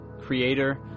creator